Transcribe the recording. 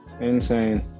insane